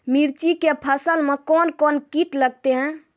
मिर्ची के फसल मे कौन कौन कीट लगते हैं?